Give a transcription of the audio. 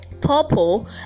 purple